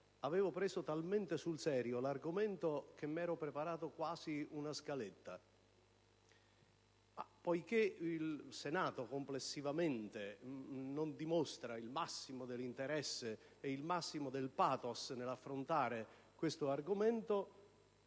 avevo preso talmente sul serio l'argomento che mi ero preparato quasi una scaletta. Poiché il Senato complessivamente non dimostra il massimo dell'interesse e del *pathos* nell'affrontare questo argomento,